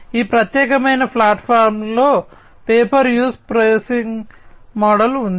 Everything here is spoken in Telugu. ఈ ప్రత్యేకమైన ప్లాట్ఫామ్లో వారికి pay per use pricing model ఉంది